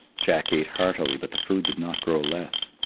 jack ate heartily, but the food did not grow less.